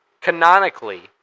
canonically